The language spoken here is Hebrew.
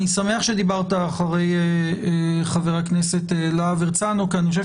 אני שמח שדיברת אחרי חבר הכנסת להב הרצנו כי אני חושב